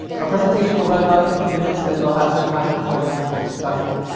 our presentation will run about fifty minutes and then we'll have some time for questions and discussion.